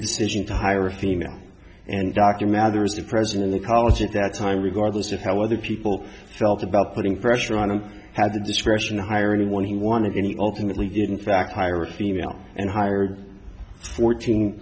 decision to hire a female and documentaries to present in the college at that time regardless of how other people felt about putting pressure on and had the discretion to hire anyone who wanted any ultimately didn't fact hire a female and hired fourteen